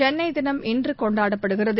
சென்னைதினம் இன்றுகொண்டாடப்படுகிறது